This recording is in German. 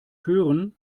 hören